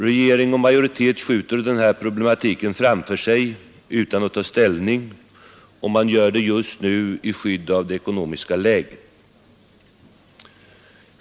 : Regeringen och majoriteten skjuter hela denna problematik framför sig utan att ta ställning och gör det just nu i skydd av det ekonomiska läget.